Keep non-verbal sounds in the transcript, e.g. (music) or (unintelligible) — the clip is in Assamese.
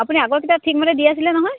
(unintelligible)